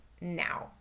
now